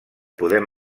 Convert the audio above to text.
podem